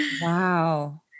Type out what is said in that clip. Wow